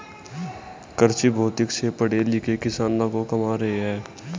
कृषिभौतिकी से पढ़े लिखे किसान लाखों कमा रहे हैं